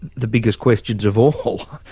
the biggest questions of all.